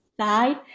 side